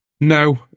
No